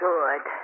Good